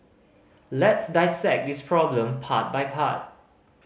let's dissect this problem part by part